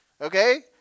Okay